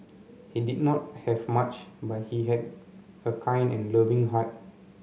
he did not have much but he had a kind and loving heart